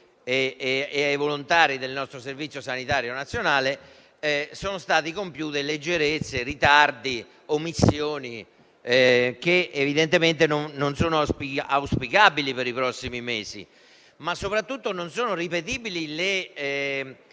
e ai volontari del nostro Servizio sanitario nazionale, sono stati compiuti leggerezze, ritardi e omissioni che evidentemente non sono auspicabili per i prossimi mesi. Soprattutto non sono ripetibili le